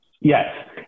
Yes